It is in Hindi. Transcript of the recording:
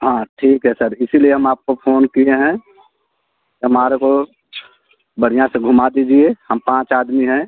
हाँ ठीक है सर इसलिए हम आपको फोन किए हैं हमारे को बढ़िया से घूमा दीजिए हम पाँच आदमी हैं